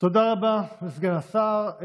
תודה רבה לסגן השר.